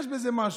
יש בזה משהו.